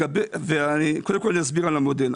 אני אסביר קודם כל על המודל.